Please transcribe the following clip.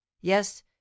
yes